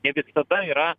ne visada yra